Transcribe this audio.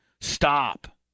Stop